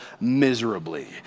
miserably